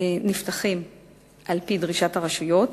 נפתחים על-פי דרישת הרשויות.